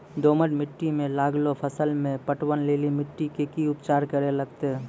दोमट मिट्टी मे लागलो फसल मे पटवन लेली मिट्टी के की उपचार करे लगते?